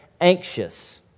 anxious